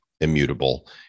immutable